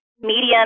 medium